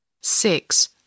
six